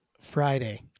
Friday